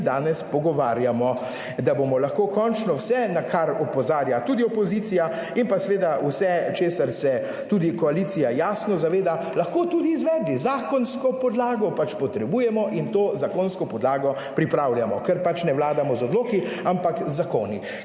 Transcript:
danes pogovarjamo, da bomo lahko končno vse, na kar opozarja tudi opozicija in pa seveda vse, česar se tudi koalicija jasno zaveda, lahko tudi izvedli. Zakonsko podlago pač potrebujemo in to zakonsko podlago pripravljamo, ker pač ne vladamo z odloki, ampak z zakoni.